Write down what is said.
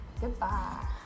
goodbye